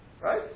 Right